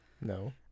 No